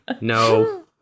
no